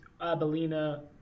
Abelina